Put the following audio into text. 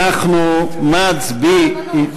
אנחנו מצביעים.